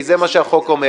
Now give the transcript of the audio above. כי על זה החוק מדבר.